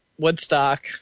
Woodstock